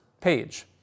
page